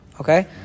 Okay